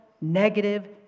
negative